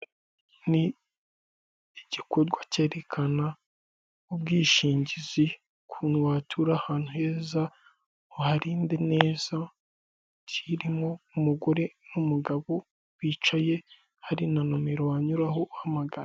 Ni igikorwa cyerekana ubwishingizi ukuntu watura ahantu heza, uharinde neza kirimo umugore n'umugabo wicaye hari na numero wanyuraraho uhamagana.